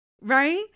Right